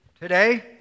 today